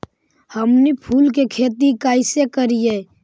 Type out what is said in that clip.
हमनी फूल के खेती काएसे करियय?